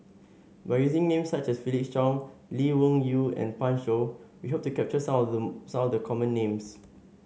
by using names such as Felix Cheong Lee Wung Yew and Pan Shou we hope to capture some of them some of the common names